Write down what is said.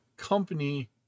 company